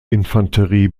infanterie